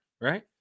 right